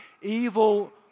evil